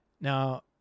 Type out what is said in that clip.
Now